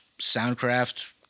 Soundcraft